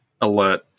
alert